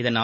இதனால்